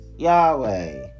Yahweh